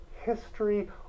history